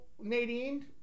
Nadine